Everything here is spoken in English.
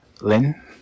Lynn